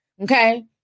Okay